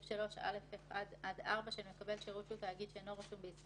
3(א)(1) עד (3) של מקבל שירות שהוא יחיד תושב חוץ,